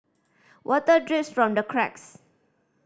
water drips from the cracks